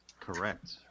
Correct